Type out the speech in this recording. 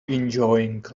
enjoying